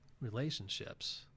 relationships